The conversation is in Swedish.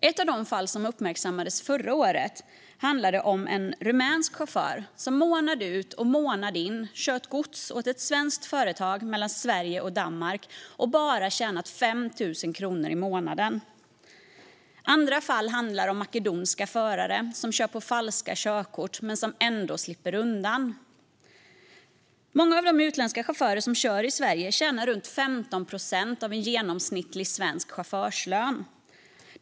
Ett av de fall som uppmärksammades förra året handlade om en rumänsk chaufför som månad ut och månad in kört gods åt ett svenskt företag mellan Sverige och Danmark och bara tjänat 5 000 kronor i månaden. Andra fall handlar om makedonska förare som kör med falska körkort men ändå slipper undan. Många av de utländska chaufförer som kör i Sverige tjänar runt 15 procent av en genomsnittlig svensk chaufförslön.